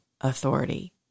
authority